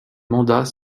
mandats